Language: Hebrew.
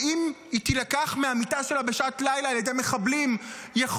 שאם היא תילקח מהמיטה שלה בשעת לילה על ידי מחבלים יכול